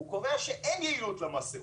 הוא קובע שאין יעלות למסיכות,